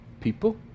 people